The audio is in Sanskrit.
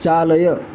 चालय